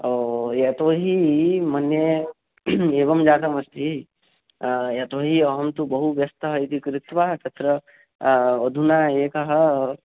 ओ यतो हि मन्ये एवं जातम् अस्ति यतो हि अहं तु बहु व्यस्तः इति कृत्वा तत्र अधुना एकः